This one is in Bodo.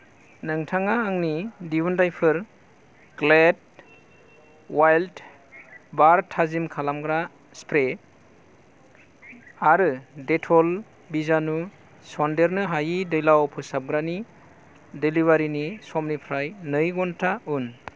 नोंथाङा आंनि दिहुनथाइफोर ग्लेड उवाइल्द बार थाजिम खालामग्रा स्प्रे आरो डेटल बिजानु सन्देरनोहायि दैलाव फोसाबग्रानि डेलिबारिनि समनिफ्राय नै घन्टा उन